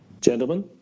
gentlemen